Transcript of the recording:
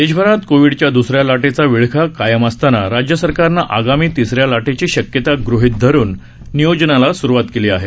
देशभरात कोविडच्या दुसऱ्या लाटेचा विळखा कायम असताना राज्य सरकारनं आगामी तिसऱ्या लाटेची शक्यता गृहीत धरून नियोजनाला सुरुवात केली आहे